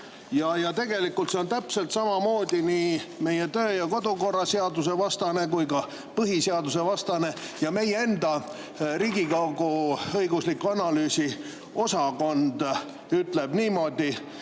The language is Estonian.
Tegelikult see on täpselt samamoodi nii meie töö- ja kodukorra seaduse vastane kui ka põhiseadusvastane. Meie enda, Riigikogu õigus- ja analüüsiosakond ütleb niimoodi,